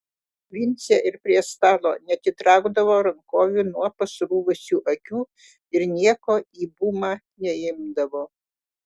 vincė ir prie stalo neatitraukdavo rankovių nuo pasruvusių akių ir nieko į bumą neimdavo